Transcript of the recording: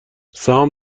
سهام